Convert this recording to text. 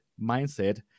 mindset